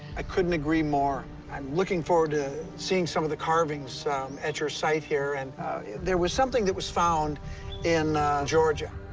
i couldn't agree more, and i'm looking forward to seeing some of the carvings at your site here. and there was something that was found in georgia.